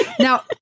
Now